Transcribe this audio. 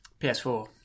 PS4